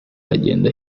agenda